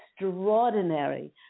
extraordinary